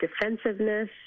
defensiveness